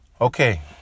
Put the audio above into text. Okay